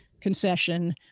concession